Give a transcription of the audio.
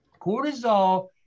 Cortisol